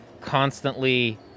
constantly